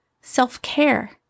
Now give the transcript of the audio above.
self-care